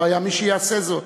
לא היה מי שיעשה זאת.